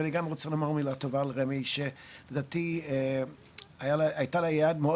ואני גם רוצה לומר מילה טובה על רמ"י שלדעתי היתה לה יד מאוד